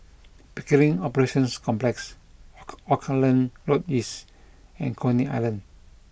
Pickering Operations Complex oak Auckland Road East and Coney Island